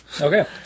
Okay